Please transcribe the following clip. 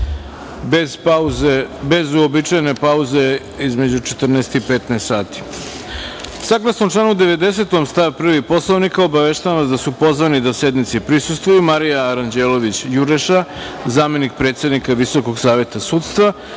bez uobičajene pauze između 14.00 i 15.00 časova. Saglasno 90. stav 1. Poslovnika, obaveštavam vas da su pozvani da sednici prisustvuju Marija Aranđelović Jureša, zamenik predsednika Visokog saveta sudstva,